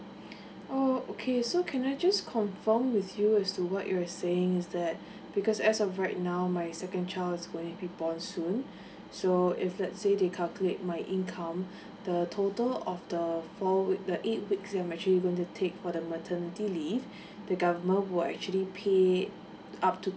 oo okay so can I just confirm with you as to what you're saying is that because as of right now my second child is going to be born soon so if let's say they calculate my income the total of the four week the eight weeks that I'm actually going to take for the maternity leave the government will actually pay up to